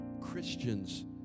Christians